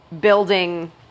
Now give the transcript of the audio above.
building